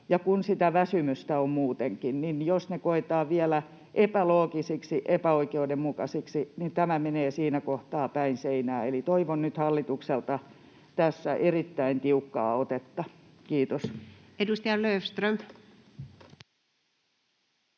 kun sitä väsymystä on muutenkin, niin jos ne koetaan vielä epäloogisiksi, epäoikeudenmukaisiksi, niin tämä menee siinä kohtaa päin seinää. Eli toivon nyt hallitukselta tässä erittäin tiukkaa otetta. — Kiitos. [Speech 62]